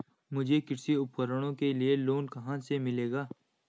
मुझे कृषि उपकरणों के लिए लोन कहाँ से मिलेगा?